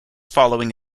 following